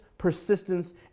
persistence